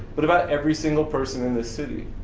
but about every single person in this city